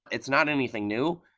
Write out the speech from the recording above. it's not anything new.